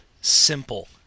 Simple